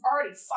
already